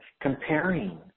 comparing